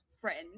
friend